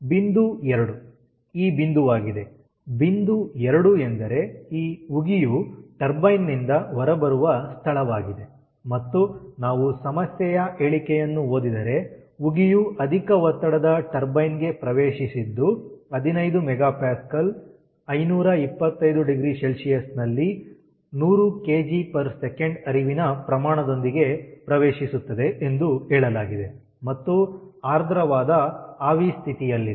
ಬಿಂದು 2 ಈ ಬಿಂದುವಾಗಿದೆ ಬಿಂದು 2 ಎಂದರೆ ಈ ಉಗಿಯು ಟರ್ಬೈನ್ ನಿಂದ ಹೊರಬರುವ ಸ್ಥಳವಾಗಿದೆ ಮತ್ತು ನಾವು ಸಮಸ್ಯೆಯ ಹೇಳಿಕೆಯನ್ನು ಓದಿದರೆ ಉಗಿಯು ಅಧಿಕ ಒತ್ತಡದ ಟರ್ಬೈನ್ ಗೆ ಪ್ರವೇಶಿಸಿದ್ದು 15MPa 5250Cನಲ್ಲಿ 100kgs ಹರಿವಿನ ಪ್ರಮಾಣದೊಂದಿಗೆ ಪ್ರವೇಶಿಸುತ್ತದೆ ಎಂದು ಹೇಳಲಾಗಿದೆ ಮತ್ತು ಆರ್ದ್ರವಾದ ಆವಿ ಸ್ಥಿತಿಯಲ್ಲಿದೆ